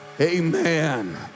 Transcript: Amen